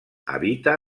habita